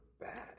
bad